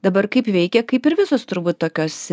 dabar kaip veikia kaip ir visos turbūt tokios